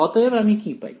অতএব আমি কি পাই